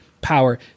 power